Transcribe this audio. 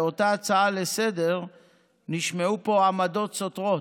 באותה הצעה לסדר-היום נשמעו פה עמדות סותרות,